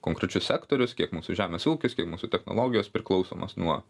konkrečius sektorius kiek mūsų žemės ūkis kiek mūsų technologijos priklausomos nuo